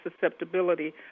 susceptibility